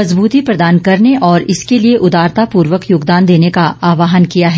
मजबूती प्रदान करने और इसके लिए उदारतापूर्वक योगदान देने का आह्वान किया है